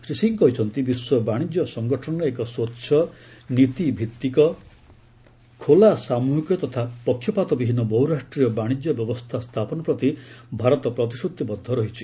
ଶ୍ରୀ ସିଂହ କହିଛନ୍ତି ବିଶ୍ୱ ବାଶିଜ୍ୟ ସଙ୍ଗଠନରେ ଏକ ସ୍ୱଚ୍ଛ ନୀତିଭିଭିକ ଖୋଲା ସାମୃହିକ ତଥା ପକ୍ଷପାତ ବିହୀନ ବହୁରାଷ୍ଟ୍ରୀୟ ବାଶିଜ୍ୟ ବ୍ୟବସ୍ତା ସ୍ଥାପନ ପ୍ରତି ଭାରତ ପ୍ରତିଶ୍ରତିବଦ୍ଧ ରହିଛି